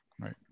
Right